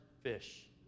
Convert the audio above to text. fish